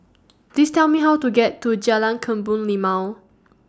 Please Tell Me How to get to Jalan Kebun Limau